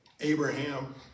Abraham